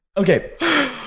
Okay